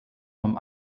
vom